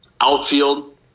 outfield